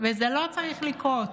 וזה לא צריך לקרות.